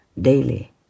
daily